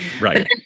Right